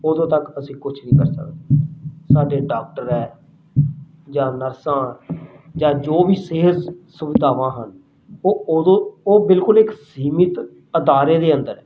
ਉਦੋਂ ਤੱਕ ਅਸੀਂ ਕੁਛ ਨਹੀਂ ਕਰ ਸਕਦੇ ਸਾਡੇ ਡਾਕਟਰ ਹੈ ਜਾਂ ਨਰਸਾਂ ਜਾਂ ਜੋ ਵੀ ਸਿਹਤ ਸੁਵਿਧਾਵਾਂ ਹਨ ਉਹ ਉਦੋਂ ਉਹ ਬਿਲਕੁਲ ਇੱਕ ਸੀਮਿਤ ਅਦਾਰੇ ਦੇ ਅੰਦਰ